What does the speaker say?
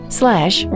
slash